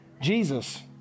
Jesus